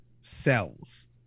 cells